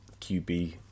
QB